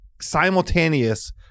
simultaneous